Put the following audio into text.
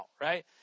right